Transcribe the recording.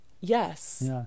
Yes